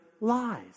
lies